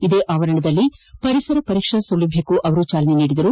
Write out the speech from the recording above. ಇದೇ ಆವರಣದಲ್ಲಿ ಪರಿಸರ ಪರೀಕ್ಷಾ ಸೌಲಭ್ಯಕ್ಕೂ ಚಾಲನೆ ನೀಡಿದರು